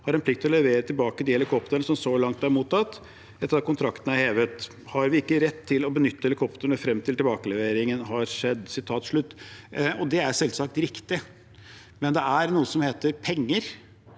har en plikt å levere tilbake de helikoptrene som så langt er mottatt. Etter at kontrakten er hevet, har vi ikke rett til å benytte helikoptrene frem til tilbakeleveringen har skjedd.» Det er selvsagt riktig, men det er noe som heter penger,